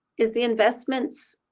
is the investment,